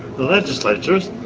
the legislatures.